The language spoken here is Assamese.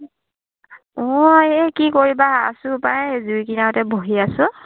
মই এই কি কৰিবা আছোঁ পাই জুই কিনাৰতে বহি আছোঁ